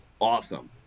awesome